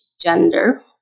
gender